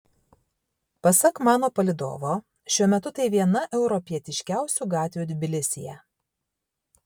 pasak mano palydovo šiuo metu tai viena europietiškiausių gatvių tbilisyje